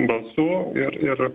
balsų ir ir